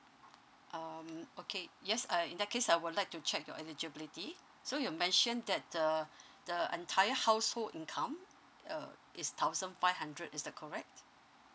um okay yes uh in that case I would like to check your eligibility so you mentioned that uh the entire household income uh is thousand five hundred is that correct